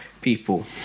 people